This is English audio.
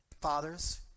Fathers